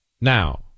now